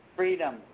Freedom